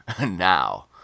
now